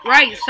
Right